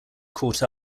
caught